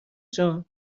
جان